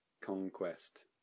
Conquest